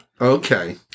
Okay